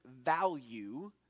value